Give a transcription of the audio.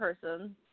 person